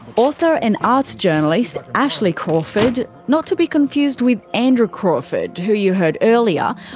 author and arts journalist ashley crawford. not to be confused with andrew crawford who you heard earlier.